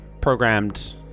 programmed